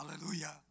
Hallelujah